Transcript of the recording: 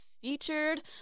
featured